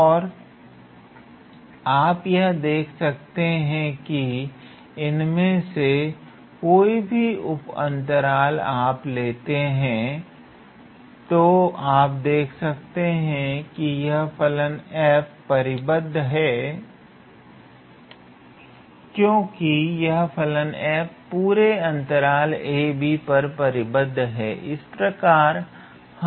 और आप यह देख सकते हैं की यदि हम इनमें से कोई भी उप अंतराल लेते हैंतो आप यह देख सकते हैं कि यह फलन 𝑓 परिबद्ध है क्योंकि यह फलन 𝑓 पूरे अंतराल 𝑎b पर परिबद्ध है